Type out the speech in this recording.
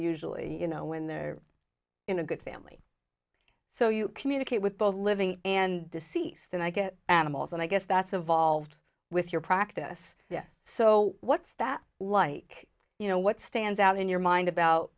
usually you know when they're in a good family so you communicate with both living and deceased then i get animals and i guess that's evolved with your practice yes so what's that like you know what stands out in your mind about